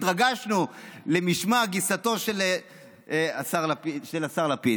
התרגשנו למשמע גיסתו של השר לפיד.